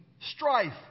strife